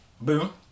boom